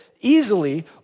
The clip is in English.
easily